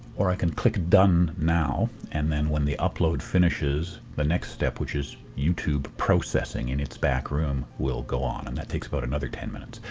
or i can click done now and then when the upload finishes the next step, which is youtube processing in its back room, will go on. and that takes about another ten minutes.